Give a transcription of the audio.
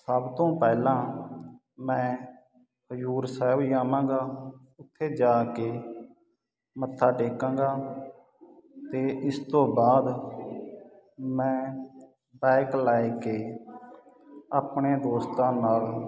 ਸਭ ਤੋਂ ਪਹਿਲਾਂ ਮੈਂ ਹਜੂਰ ਸਾਹਿਬ ਜਾਵਾਂਗਾ ਉੱਥੇ ਜਾ ਕੇ ਮੱਥਾ ਟੇਕਾਂਗਾ ਅਤੇ ਇਸ ਤੋਂ ਬਾਅਦ ਮੈਂ ਬਾਇਕ ਲੈ ਕੇ ਆਪਣੇ ਦੋਸਤਾਂ ਨਾਲ